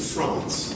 France